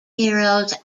heroes